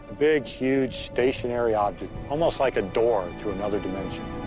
big, huge stationary object, almost like a door to another dimension.